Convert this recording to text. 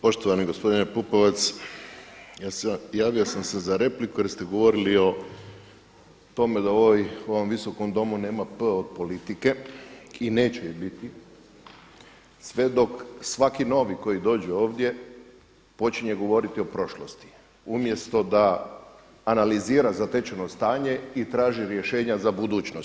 Poštovani gospodine Pupovac, javo sam se za repliku jer ste govorili o … u ovom Visokom domu nema P od politike i neće je biti sve dok svaki novi koji dođe ovdje počinje govoriti o prošlosti umjesto da analizira zatečeno stanje i traži rješenja za budućnost.